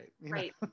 right